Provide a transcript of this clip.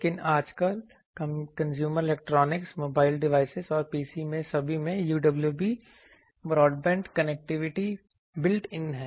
लेकिन आजकल consumer electronics mobile device और पीसी में सभी में UWB broadband connectivity built in है